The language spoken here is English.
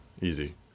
Easy